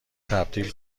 تبدیل